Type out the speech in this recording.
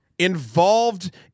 Involved